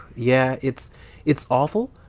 yeah, it's it's awful.